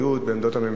בעמדות הממשלה,